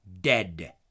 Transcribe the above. dead